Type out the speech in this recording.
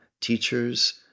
teachers